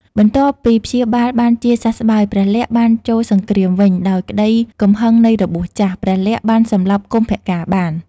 បន្ទាប់ពីព្យាបាលបានជាសះស្បើយ ព្រះលក្សណ៍បានចូលសង្គ្រាមវិញ ដោយក្តីកំហឹងនៃរបួសចាស់ ព្រះលក្សណ៍បានសម្លាប់កុម្ភកាណ៍បាន។